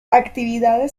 actividades